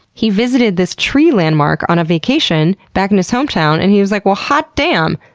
he visited this tree landmark on a vacation back in his hometown, and he was like well hot damn,